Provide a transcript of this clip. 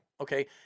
Okay